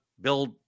build